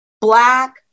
Black